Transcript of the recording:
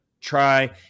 try